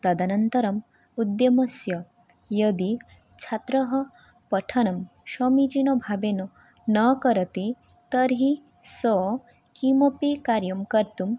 तदनन्तरम् उद्यमस्य यदि छात्रः पठनं समीचीनभावेन न करोति तर्हि सः किमपि कार्यं कर्तुं